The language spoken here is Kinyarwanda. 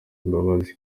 imbabazi